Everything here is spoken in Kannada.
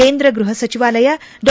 ಕೇಂದ್ರ ಗೃಪ ಸಚಿವಾಲಯ ಡಾ